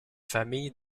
famille